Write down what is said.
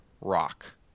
rock